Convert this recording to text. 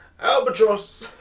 Albatross